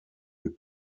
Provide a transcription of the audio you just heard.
wir